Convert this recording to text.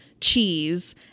cheese